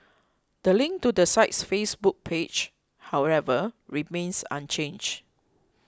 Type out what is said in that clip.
the link to the site's Facebook page however remains unchanged